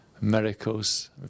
miracles